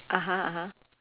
(uh huh) (uh huh)